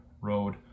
road